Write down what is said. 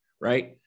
right